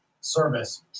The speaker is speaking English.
service